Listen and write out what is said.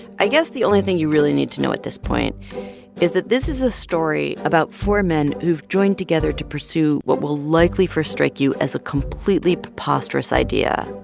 i guess the only thing you really need to know at this point is that this is a story about four men who've joined together to pursue what will likely first strike you as a completely preposterous idea.